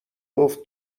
گفت